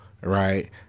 right